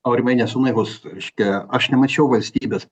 aurimai nesu naivus reiškia aš nemačiau valstybės